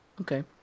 Okay